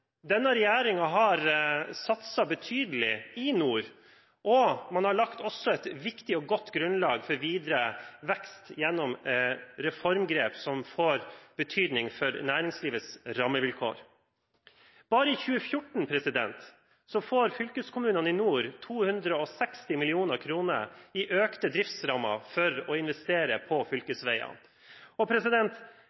Denne regjeringen har satset betydelig i nord, og man har også lagt et viktig og godt grunnlag for videre vekst gjennom reformgrep som får betydning for næringslivets rammevilkår. Bare i 2014 får fylkeskommunene i nord 260 mill. kr i økte driftsrammer for å investere på